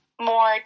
more